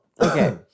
okay